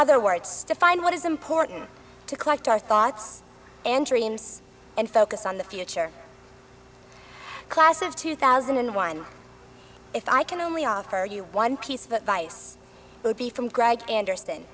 other words define what is important to collect our thoughts and dreams and focus on the future class of two thousand and one if i can only offer you one piece of advice would be from greg anderson